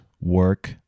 work